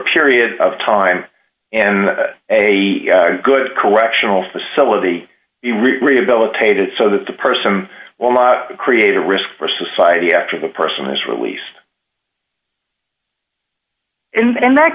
period of time in a good correctional facility rehabilitated so that the person will not create a risk for society after the person is released in fact in that